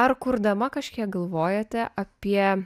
ar kurdama kažkiek galvojate apie